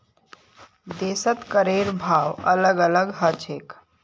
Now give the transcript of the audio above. देशत करेर भाव अलग अलग ह छेक